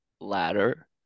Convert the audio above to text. ladder